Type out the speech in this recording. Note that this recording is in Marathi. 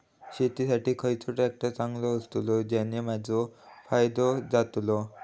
शेती साठी खयचो ट्रॅक्टर चांगलो अस्तलो ज्याने माजो फायदो जातलो?